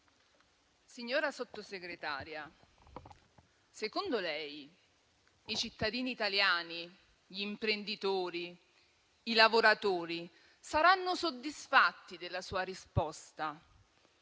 Signora Sottosegretaria, secondo lei i cittadini italiani, gli imprenditori e i lavoratori saranno soddisfatti della sua risposta?